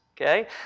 okay